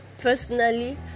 Personally